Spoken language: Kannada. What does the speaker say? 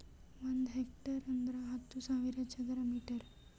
ಒಂದ್ ಹೆಕ್ಟೇರ್ ಅಂದರ ಹತ್ತು ಸಾವಿರ ಚದರ ಮೀಟರ್